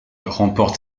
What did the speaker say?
remporte